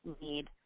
need